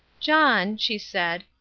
john, she said,